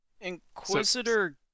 Inquisitor